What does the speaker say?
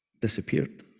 disappeared